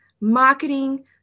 marketing